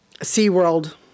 SeaWorld